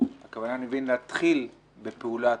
היא להתחיל בפעולה.